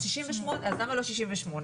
אז למה לא 68?